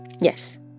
Yes